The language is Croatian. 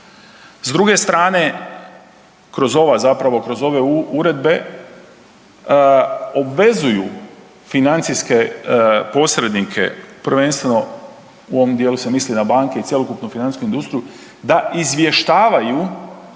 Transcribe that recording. ova, zapravo kroz ove uredbe obvezuju financijske posrednike, prvenstveno u ovom dijelu se misli na banke i cjelokupnu financijsku industriju, da izvještavaju